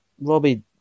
Robbie